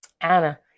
Anna